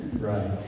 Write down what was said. Right